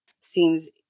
seems